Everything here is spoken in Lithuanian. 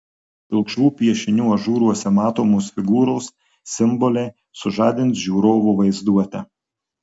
pilkšvų piešinių ažūruose matomos figūros simboliai sužadins žiūrovo vaizduotę